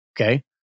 Okay